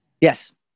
Yes